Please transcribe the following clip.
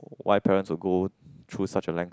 why parents would go choose such a length